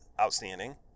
outstanding